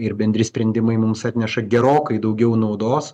ir bendri sprendimai mums atneša gerokai daugiau naudos